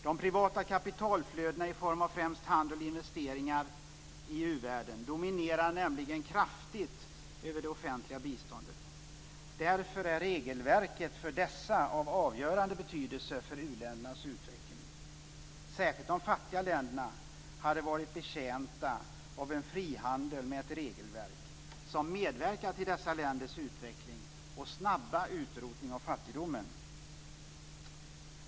De privata kapitalflödena i form av främst handel och investeringar i uvärlden dominerar nämligen kraftigt över det offentliga biståndet. Därför är regelverket för dessa av avgörande betydelse för u-ländernas utveckling. Särskilt de fattiga länderna hade varit betjänta av en frihandel med ett regelverk som medverkat till dessa länders utveckling och snabba utrotning av fattigdomen.